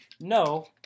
no